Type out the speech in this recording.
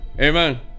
Amen